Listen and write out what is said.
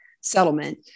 settlement